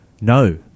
No